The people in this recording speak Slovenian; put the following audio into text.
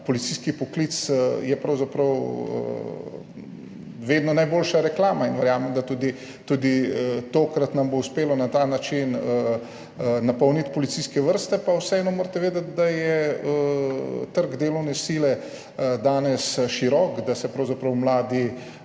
policijski poklic, je pravzaprav vedno najboljša reklama. Verjamem, da nam bo tudi tokrat uspelo na ta način napolniti policijske vrste. Pa vseeno morate vedeti, da je trg delovne sile danes širok, da se pravzaprav mladi